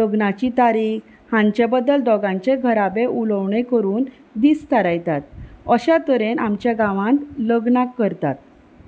लग्नाची तारीख हांचे बद्दल दोगांचे घराबे उलोवण करून दीस थारायतात अश्या तरेन आमच्या गांवांत लग्ना करतात